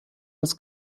das